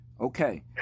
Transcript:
Okay